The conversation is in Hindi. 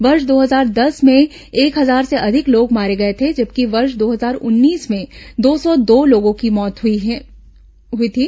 वर्ष दो हजार दस में एक हजार से अधिक लोग मारे गए थे जबकि वर्ष दो हजार उन्नीस में दो सौ दो लोगों की मौत हुई थी